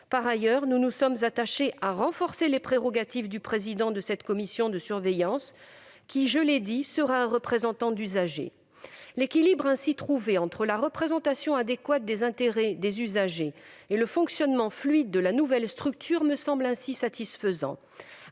Par ailleurs, nous nous sommes attachés à renforcer les prérogatives du président de cette commission de surveillance, qui, je l'ai dit, sera un représentant d'usagers. L'équilibre trouvé entre la représentation adéquate des intérêts des usagers et le fonctionnement fluide de la nouvelle structure me semble dès lors satisfaisant.